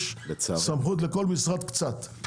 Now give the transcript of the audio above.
יש סמכות לכל משרד קצת.